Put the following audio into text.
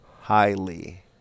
highly